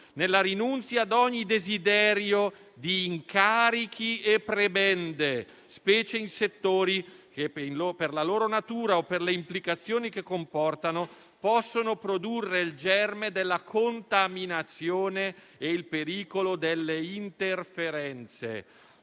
nella rinunzia ad ogni desiderio di incarichi e prebende, specie in settori che, per loro natura o per le implicazioni che comportano, possono produrre il germe della contaminazione ed il pericolo dell'interferenza».